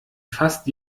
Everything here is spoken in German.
fast